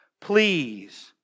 Please